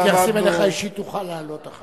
ההתייחסות אליך אישית, תוכל לעלות אחר כך.